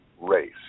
race